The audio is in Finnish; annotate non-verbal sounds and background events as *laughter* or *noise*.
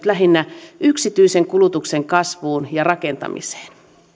*unintelligible* lähinnä yksityisen kulutuksen kasvuun ja rakentamiseen